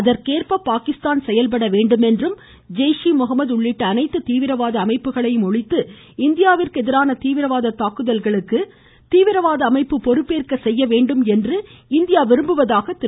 அதற்கேற்ப பாகிஸ்தான் செயல்பட வேண்டும் என்றும் ஜெய்ஷ் ஏ முகமது உள்ளிட்ட அனைத்து தீவிரவாத அமைப்புகளையும் ஒழித்து இந்தியாவிற்கு எதிரான தீவிரவாத தாக்குதல்களுக்கு பொறுப்பேற்க வேண்டும் என்றும் இந்தியா விரும்புவதாக திரு